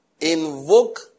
invoke